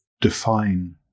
define